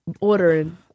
ordering